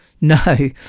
no